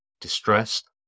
distressed